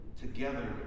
together